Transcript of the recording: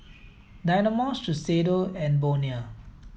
Dynamo Shiseido and Bonia